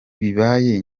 bibaye